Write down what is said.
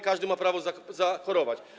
Każdy ma prawo zachorować.